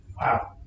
Wow